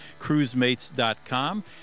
cruisemates.com